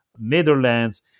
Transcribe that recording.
Netherlands